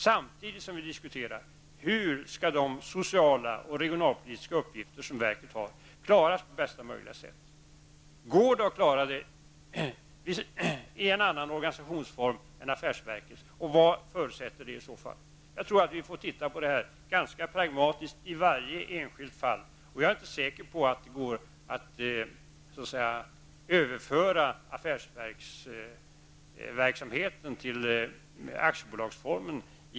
Samtidigt måste vi diskutera hur de sociala och regionalpolitiska uppgifter som verket har klaras på bästa möjliga sätt. Går det att klara det hela i en annan organisationsform än affärsverkets, och vilka är då förutsättningarna? Jag tror att vi i varje enskilt fall får se på det hela ganska pragmatiskt, och jag är inte säker på att det alltid går att överföra affärsverksverksamheten till aktiebolagsformen.